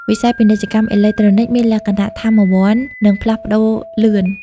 វិស័យ ពាណិជ្ជកម្មអេឡិចត្រូនិក មានលក្ខណៈថាមវន្ត និងផ្លាស់ប្តូរលឿន។